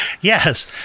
Yes